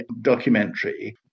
documentary